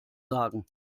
sagen